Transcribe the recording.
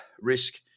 risk